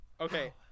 okay